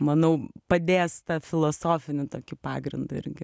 manau padės tą filosofinį tokį pagrindą irgi